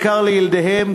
בעיקר לילדיהם,